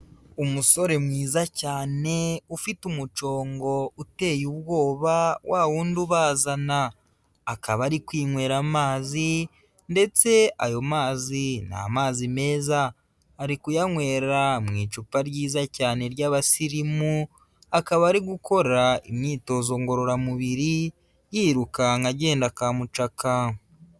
Umusore mwiza cyane, ufite umucongo uteye ubwoba, wa wundi ubazana, akaba ari kwinywera amazi ndetse ayo mazi ni amazi meza, ari kuyanywera mu icupa ryiza cyane ry'abasirimu, akaba ari gukora imyitozo ngororamubiri yirukanka agenda ka mucaka.